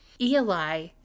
Eli